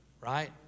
right